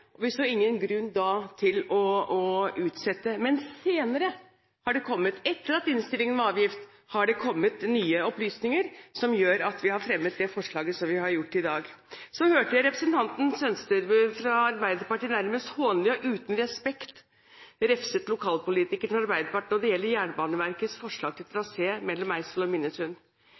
vi så da ingen grunn til å utsette. Men senere, etter at innstillingen var avgitt, har det kommet nye opplysninger som gjør at vi har fremmet det forslaget som vi har gjort i dag. Så hørte jeg representanten Sønsterud fra Arbeiderpartiet nærmest hånlig og uten respekt refset lokalpolitikere fra Arbeiderpartiet når det gjelder Jernbaneverkets forslag til trasé mellom Eidsvoll og Minnesund.